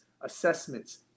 assessments